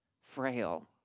frail